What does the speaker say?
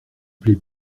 plaît